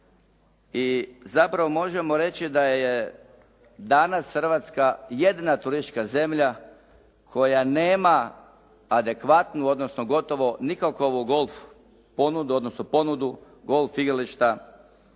i zapravo možemo reći da je danas Hrvatska jedina turistička zemlja koja nema adekvatno, odnosno gotovo nikakvu golf ponudu, odnosno ponudu golf igrališta